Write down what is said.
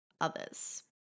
others